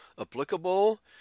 applicable